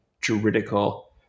juridical